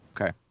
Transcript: Okay